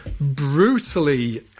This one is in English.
Brutally